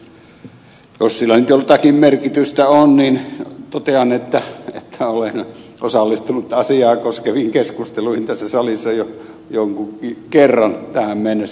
jos sillä nyt jotakin merkitystä on totean että olen osallistunut asiaa koskeviin keskusteluihin tässä salissa jo jonkin kerran tähän mennessä